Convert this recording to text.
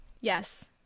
yes